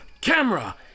Camera